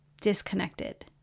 disconnected